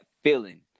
feeling